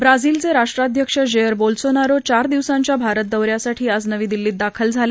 ब्राझीलचे राष्ट्राध्यक्ष Jair Bolsonaro चार दिवासांच्या भारतदौऱ्यासाठी आज नवी दिल्लीत दाखल झाले